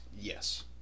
Yes